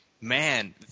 Man